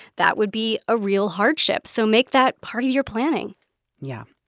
that would be a real hardship. so make that part of your planning yeah.